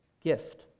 gift